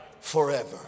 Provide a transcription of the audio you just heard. forever